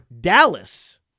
Dallas